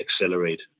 accelerate